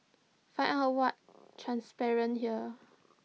find out what transpired here